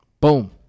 Boom